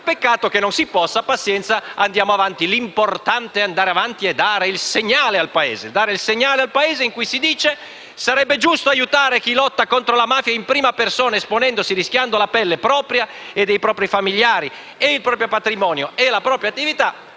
anche che non si possa fare. «Pazienza, andiamo avanti. L'importante è andare avanti e dare il segnale al Paese»: dare il segnale al Paese che sarebbe giusto aiutare chi lotta contro la mafia in prima persona, esponendosi e rischiando la propria pelle e quella dei propri familiari, il proprio patrimonio e la propria attività,